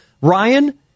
Ryan